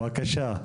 בבקשה.